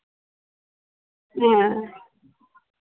हां